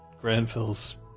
Granville's